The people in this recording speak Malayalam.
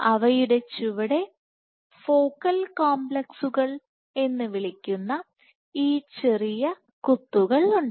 അവയുടെ ചുവടെ ഫോക്കൽ കോംപ്ലക്സുകൾ എന്ന് വിളിക്കുന്ന ഈ ചെറിയ കുത്തുകൾ ഉണ്ട്